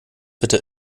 bitte